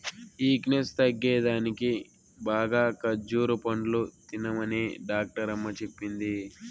weakness తగ్గేదానికి బాగా ఖజ్జూర పండ్లు తినమనే డాక్టరమ్మ చెప్పింది